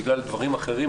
בגלל דברים אחרים,